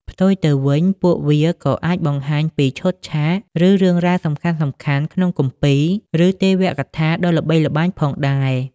ផ្ទុយទៅវិញ ពួកវាក៏អាចបង្ហាញពី ឈុតឆាក ឬរឿងរ៉ាវសំខាន់ៗក្នុងគម្ពីរ ឬទេវកថា ដ៏ល្បីល្បាញផងដែរ។